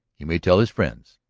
you may tell his friends.